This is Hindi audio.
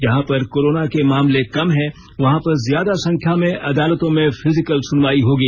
जहां पर कोरोना के मामले कम हैं वहा पर ज्यादा संख्या में अदालतों में फिजिकल सुनवाई होगी